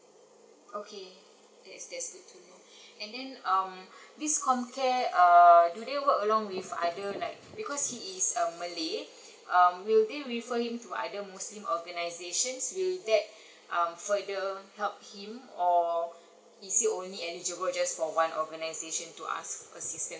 okay that's that's good to know and then um this comcare err do they work along with other like because is uh malay um will they refer him to other muslim organizations will that um further help him or he's still only eligible just for one organization to ask